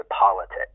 politics